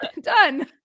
Done